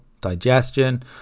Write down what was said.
digestion